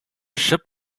ship